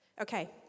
Okay